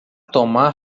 tomar